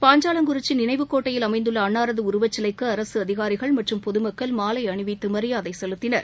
பாஞ்சாலங்குறிச்சிநினைவு கோட்டையில் அமைந்துள்ளஅன்னாரதுஉருவச்சிலைக்குஅரசுஅதிகாரிகள் மற்றும் பொதுமக்கள் மாலைஅணிவித்தமரியாதைசெலுத்தினர்